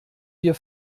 wir